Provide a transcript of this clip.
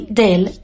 del